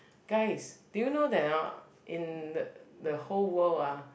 guys do you know that hor in the the whole world ah